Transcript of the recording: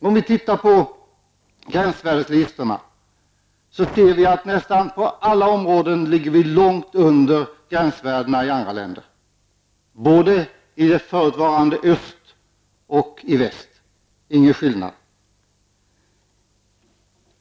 Om vi tittar på gränsvärdeslistorna, ser vi att på nästan alla områden ligger vi långt under gränsvärdena i andra länder, både i det förutvarande öst och i väst.